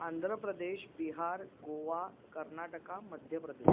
Andhra Pradesh Bihar Goa Karnataka Madhya Pradesh